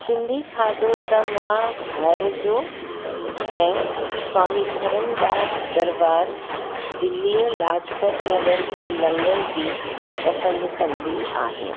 सिंधी खाधो त मां घर जो ऐं स्वामी धरमदास दरबार दिल्ली लाजपत नगर जो लंगर बि पसंदि कंदी आहियां